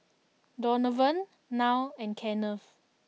Donovan Nile and Kenneth